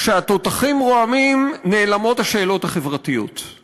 שכשהתותחים רועמים השאלות החברתיות נעלמות,